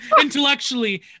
intellectually